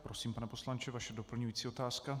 Prosím, pane poslanče, vaše doplňující otázka.